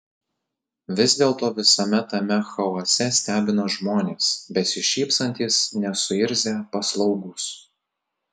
vis dėlto visame tame chaose stebina žmonės besišypsantys nesuirzę paslaugūs